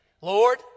Lord